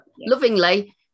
lovingly